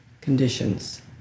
conditions